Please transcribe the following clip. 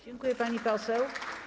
Dziękuję, pani poseł.